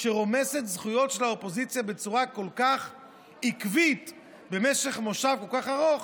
שרומסת זכויות של האופוזיציה בצורה כל כך עקבית במשך מושב כל כך ארוך.